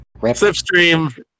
Slipstream